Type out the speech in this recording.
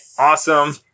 Awesome